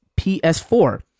PS4